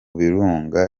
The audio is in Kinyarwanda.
birunga